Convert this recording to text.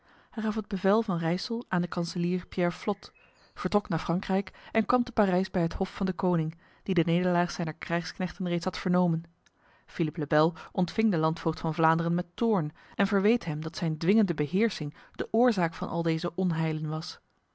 hij gaf het bevel van rijsel aan de kanselier pierre flotte vertrok naar frankrijk en kwam te parijs bij het hof van de koning die de nederlaag zijner krijgsknechten reeds had vernomen philippe le bel ontving de landvoogd van vlaanderen met toorn en verweet hem dat zijn dwingende beheersing de oorzaak van al deze onheilen was